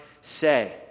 say